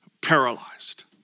paralyzed